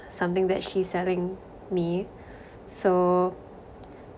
something that she's selling me so